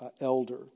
elder